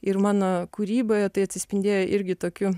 ir mano kūryboje tai atsispindėjo irgi tokiu